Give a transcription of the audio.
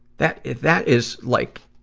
that is, that is like,